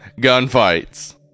gunfights